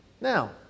Now